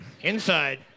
Inside